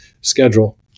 schedule